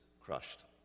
crushed